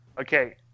Okay